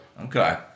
Okay